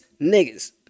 niggas